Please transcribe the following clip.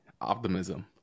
optimism